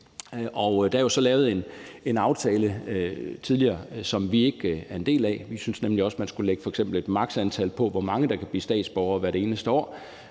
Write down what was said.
Der er jo så tidligere lavet en aftale, som vi ikke er en del af. Vi synes nemlig også, man skulle lægge f.eks. et maks.-antal for, hvor mange der kan blive statsborgere hvert eneste år,